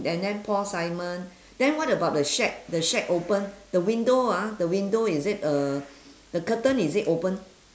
and then paul simon then what about the shack the shack open the window ah the window is it uh the curtain is it open